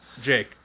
Jake